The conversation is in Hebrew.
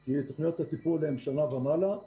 כי תוכניות הטיפול אורכות שנה ומעלה.